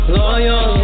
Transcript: loyal